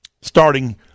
starting